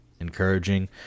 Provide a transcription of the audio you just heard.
encouraging